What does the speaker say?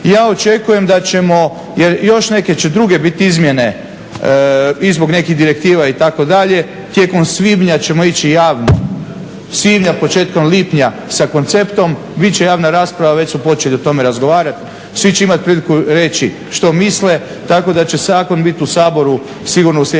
ja očekujem da ćemo jer još neke će druge biti izmjene i zbog nekih direktiva, itd., tijekom svibnja ćemo ići javno, svibnja, početkom lipnja sa konceptom. Bit će javna rasprava, već smo počeli o tome razgovarati, svi će imati priliku reći što misle, tako da će zakon biti u Saboru sigurno u sljedeća